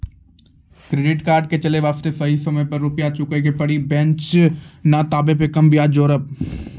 Credit card के चले वास्ते सही समय पर रुपिया चुके के पड़ी बेंच ने ताब कम ब्याज जोरब?